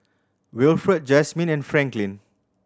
Wilfred Jazmin and Franklyn